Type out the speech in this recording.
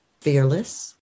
fearless